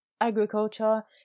agriculture